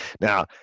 Now